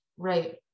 right